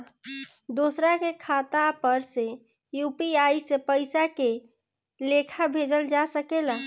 दोसरा के खाता पर में यू.पी.आई से पइसा के लेखाँ भेजल जा सके ला?